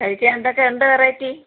കഴിക്കാൻ ഏന്തൊക്കെയൊണ്ട് വെറൈറ്റി